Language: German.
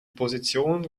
position